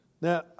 Now